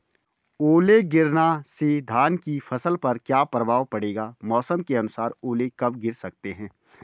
ओले गिरना से धान की फसल पर क्या प्रभाव पड़ेगा मौसम के अनुसार ओले कब गिर सकते हैं?